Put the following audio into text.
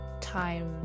time